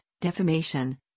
defamation